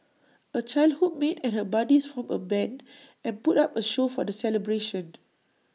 A childhood mate and her buddies formed A Band and put up A show for the celebration